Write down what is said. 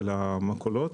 של המכולות.